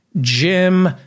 Jim